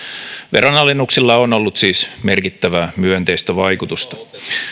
veronalennuksilla on ollut siis merkittävää myönteistä vaikutusta